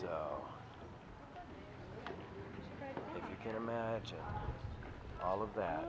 if you can imagine all of that